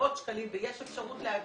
מהותי ודורש הרבה זהירות.